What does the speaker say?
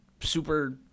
super